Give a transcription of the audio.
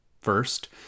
first